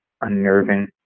unnerving